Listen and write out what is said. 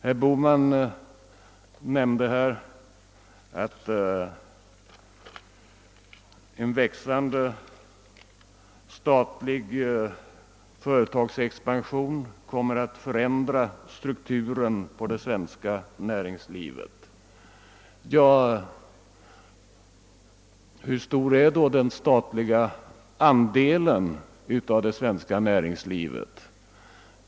Herr Bohman sade här att en fortsatt statlig företagsexpansion kommer att förändra strukturen hos det svenska näringslivet. Hur stor är då den statliga andelen av det svenska näringslivet?